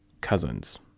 cousins